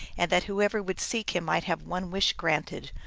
and that whoever would seek him might have one wish granted,